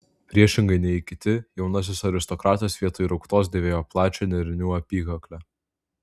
priešingai nei kiti jaunasis aristokratas vietoj rauktos dėvėjo plačią nėrinių apykaklę